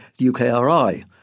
UKRI